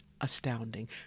astounding